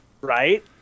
Right